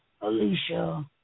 Alicia